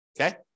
Okay